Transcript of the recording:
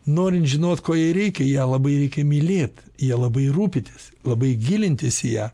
norint žinot ko jai reikia ją labai reikia mylėt ja labai rūpintis labai gilintis į ją